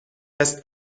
است